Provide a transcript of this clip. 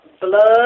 blood